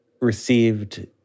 received